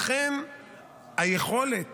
לכן היכולת